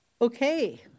Okay